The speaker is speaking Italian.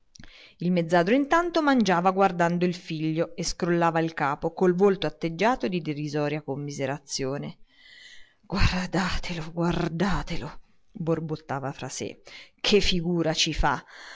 il mezzadro intanto mangiando guardava il figlio e scrollava il capo col volto atteggiato di derisoria commiserazione guardatelo guardatelo borbottava tra sé che figura ci fa